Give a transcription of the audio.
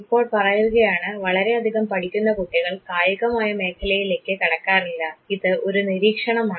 ഇപ്പോൾ പറയുകയാണ് വളരെ അധികം പഠിക്കുന്ന കുട്ടികൾ കായികമായ മേഖലയിലേക്ക് കടക്കാറില്ല ഇത് ഒരു നിരീക്ഷണമാണ്